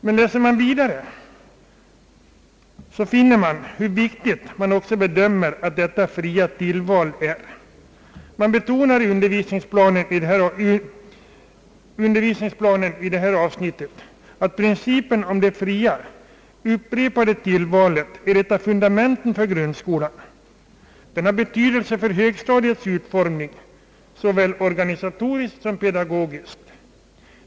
Det framgår också hur viktigt det fria tillvalet bedöms vara. I undervisningsplanen betonas att principen om det fria, upprepade tillvalet är ett av fundamenten för grundskolan. Den har betydelse för högstadiets utformning, såväl organisatoriskt som pedagogiskt.